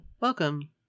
welcome